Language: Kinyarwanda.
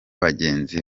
bagenzi